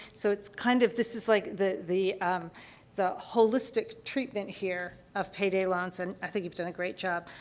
so, it's kind of this is like the the, um the holistic treatment here of payday loans, and i think you've done a great job.